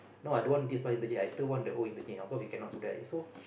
now I don't want this bus interchange I still want the old interchange of course we cannot do that so